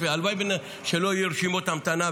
הלוואי שלא תהיה רשימות המתנה,